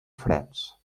freds